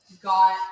got